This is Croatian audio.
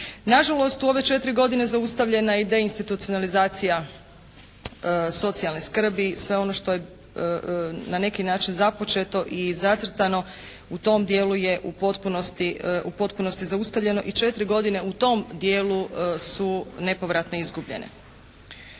Nažalost, u ove četiri godine zaustavljena je i deinstitucionalizacija socijalne skrbi, sve ono što je na neki način započeto i zacrtano u tom dijelu je u potpunosti zaustavljeno i četiri godine u tom dijelu su nepovratno izgubljene.